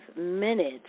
minutes